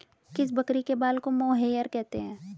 किस बकरी के बाल को मोहेयर कहते हैं?